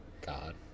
God